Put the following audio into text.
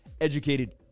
educated